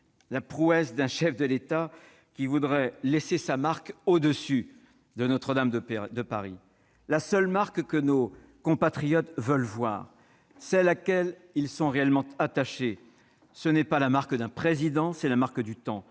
la prouesse d'un chef d'État qui voudrait laisser sa marque au-dessus de Notre-Dame de Paris. La seule marque que nos compatriotes veulent voir, celle à laquelle ils sont réellement attachés, ce n'est pas celle d'un Président, c'est la marque du temps,